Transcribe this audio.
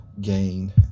gain